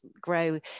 grow